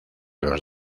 los